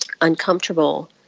uncomfortable